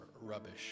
rubbish